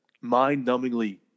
mind-numbingly